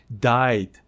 died